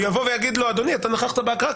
הוא יבוא ויגיד לו: אדוני, אתה נכחת בהקראה.